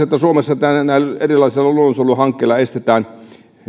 että suomessa näillä erilaisilla luonnonsuojeluhankkeilla estetään